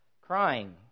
crying